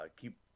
keep